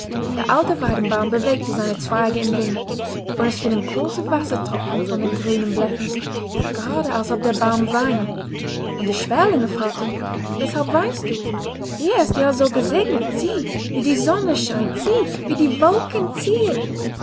der alte weidenbaum bewegte seine zweige im winde und es fielen große wassertropfen von den grünen blättern gerade als ob der baum weine und die sperlinge fragten weshalb weinst du hier ist es ja so gesegnet sieh wie die sonne scheint sieh wie die wolken ziehen